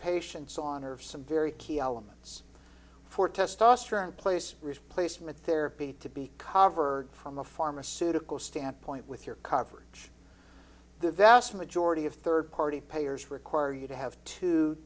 patients on are of some very key elements for testosterone place reese placement therapy to be cover from a pharmaceutical standpoint with your coverage the vast majority of third party payers require you to have two